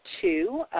two